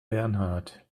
bernhard